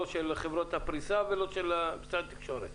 לא של חברות הפריסה ולא של משרד התקשורת.